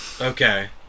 Okay